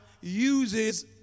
uses